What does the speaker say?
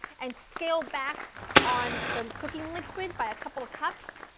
and scale back on the cooking liquid by a couple of cups,